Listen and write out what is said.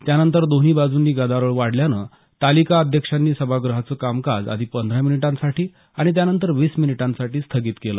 त्यानंतर दोन्ही बाजूंनी गदारोळ वाढल्यानं तालिका अध्यक्षांनी सभागृहाचं कामकाज आधी पंधरा मिनिटांसाठी आणि त्यानंतर वीस मिनिटांसाठी स्थगित केलं